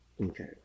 Okay